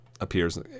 appears